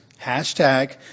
Hashtag